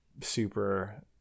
super